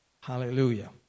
Hallelujah